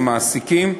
המעסיקים,